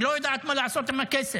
היא לא יודעת מה לעשות עם הכסף.